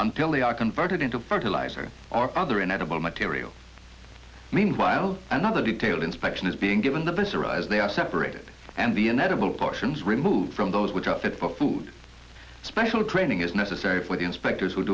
until they are converted into fertilizer or other inedible materials meanwhile another detailed inspection is being given the best arise they are separated and the inedible portions removed from those which are fit for food special training is necessary for the inspectors w